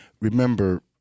Remember